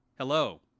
Hello